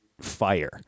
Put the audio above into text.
fire